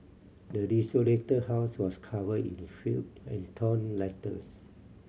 the desolated house was covered in filth and torn letters